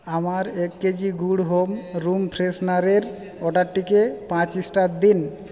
আমার এক কেজি গুড় হোম রুম ফ্রেশনারের অর্ডারটিকে পাঁচ স্টার দিন